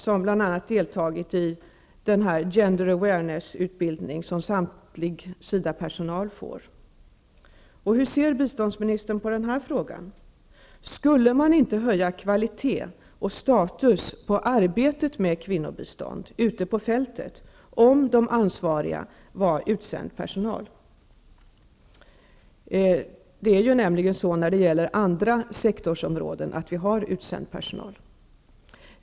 Den utsända personalen har ju bl.a. deltagit i den Hur ser biståndsministern på den frågan? Skulle man inte höja kvalitet och status på arbetet med kvinnobistånd ute på fältet om de ansvariga var utsänd personal? När det gäller andra sektorsområden har vi ju utsänd personal.